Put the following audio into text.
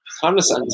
Timeless